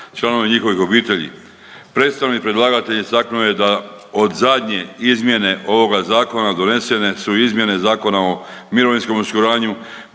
članovi njihovih obitelji. Predstavnik predlagatelja istaknuo je da od zadnje izmjene ovoga zakona donesene su izmjene Zakona o mirovinskom osiguranju